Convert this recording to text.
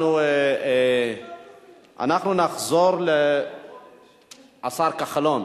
אנחנו נחזור לשר כחלון,